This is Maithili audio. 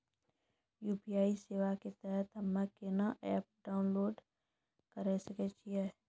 यु.पी.आई सेवा के तहत हम्मे केना एप्प डाउनलोड करे सकय छियै?